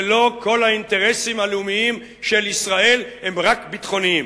ולא כל האינטרסים הלאומיים של ישראל הם ביטחוניים.